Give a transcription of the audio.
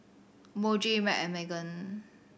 Muji M and Megan